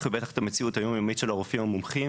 ובטח את המציאות היומיומית של הרופאים המומחים